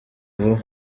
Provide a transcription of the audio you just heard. vuba